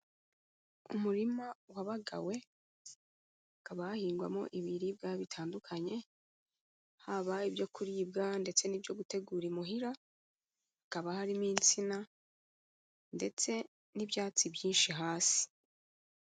Umurima wabagawe, hakaba hahingwamo ibiribwa bitandukanye, haba ibyo kuribwa ndetse n'ibyo gutegura imuhira, hakaba harimo insina ndetse n'ibyatsi byinshi hasi.